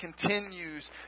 continues